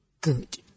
good